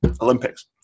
Olympics